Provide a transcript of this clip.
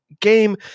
game